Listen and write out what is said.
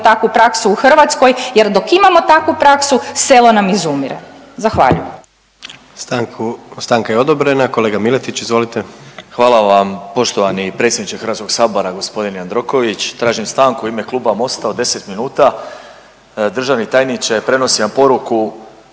takvu praksu u Hrvatskoj jer dok imamo takvu praksu selo nam izumire. Zahvaljujem.